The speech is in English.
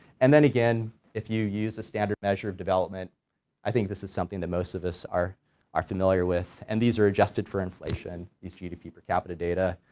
and then again, if you use a standard measure of development i think this is something that most of us are are familiar with and these are adjusted for inflation, these gdp per capita data.